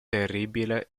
terribile